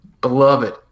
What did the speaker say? beloved